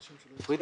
פרידה,